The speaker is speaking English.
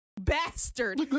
Bastard